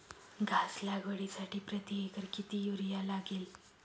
घास लागवडीसाठी प्रति एकर किती युरिया लागेल?